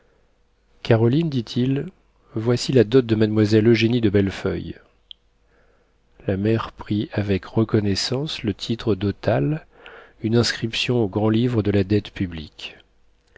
caroline dit-il voici la dot de mademoiselle eugénie de bellefeuille la mère prit avec reconnaissance le titre dotal une inscription au grand-livre de la dette publique